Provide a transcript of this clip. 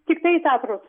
tiktai į tatrus